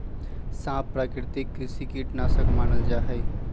सांप प्राकृतिक कृषि कीट नाशक मानल जा हई